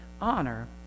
honor